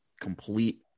complete